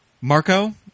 Marco